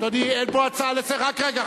אדוני, אין פה הצעה, רק רגע,